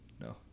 No